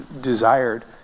desired